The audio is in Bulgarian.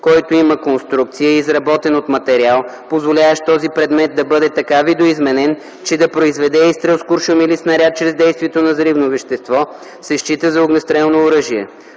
който има конструкция и е изработен от материал, позволяващ този предмет да бъде така видоизменен, че да произведе изстрел с куршум или снаряд чрез действието на взривно вещество, се счита за огнестрелно оръжие.